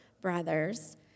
brothers